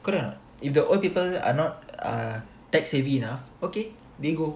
correct or not if the old people are not a tech savvy enough okay they go